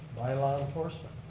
bylaw enforcement.